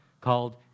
called